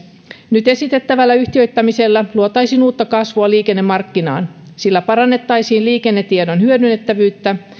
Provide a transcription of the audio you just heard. nyt esitettävällä yhtiöittämisellä luotaisiin uutta kasvua liikennemarkkinaan sillä parannettaisiin liikennetiedon hyödynnettävyyttä